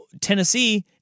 Tennessee